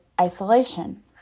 isolation